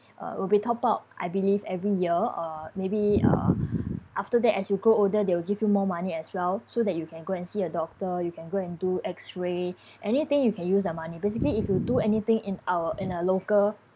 uh will be top up I believe every year uh maybe uh after that as you grow older they will give you more money as well so that you can go and see a doctor you can go and do x-ray anything you can use the money basically if you do anything in our in a local